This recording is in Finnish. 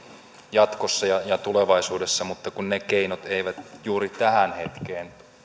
jatkossa ja tulevaisuudessa mutta kun ne keinot eivät juuri tähän hetkeen